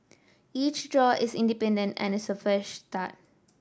each draw is independent and is a fresh start